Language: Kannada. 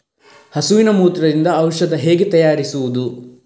ಹಸುವಿನ ಮೂತ್ರದಿಂದ ಔಷಧ ಹೇಗೆ ತಯಾರಿಸುವುದು?